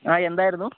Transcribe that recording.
ആ എന്തായിരുന്നു